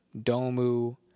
Domu